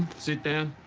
sit there